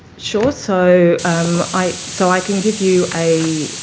sure. so i so i can give you a